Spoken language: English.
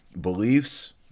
beliefs